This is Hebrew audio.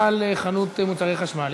בעל חנות למוצרי חשמל,